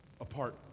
apart